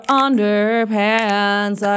underpants